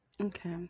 Okay